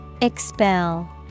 expel